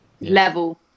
level